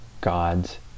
God's